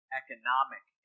economic